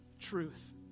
truth